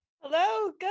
Hello